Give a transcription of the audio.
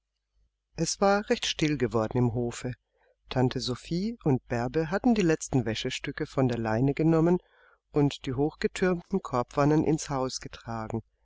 es war recht still geworden im hofe tante sophie und bärbe hatten die letzten wäschestücke von der leine genommen und die hochgetürmten korbwannen ins haus getragen